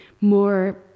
more